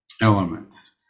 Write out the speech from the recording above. elements